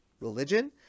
religion